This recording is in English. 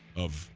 of